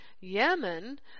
Yemen